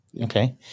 Okay